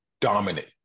dominant